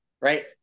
right